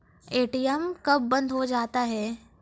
ATM कब बंद हो जाता हैं?